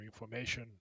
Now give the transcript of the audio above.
information